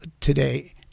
today